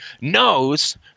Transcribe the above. knows